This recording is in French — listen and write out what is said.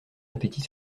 appétit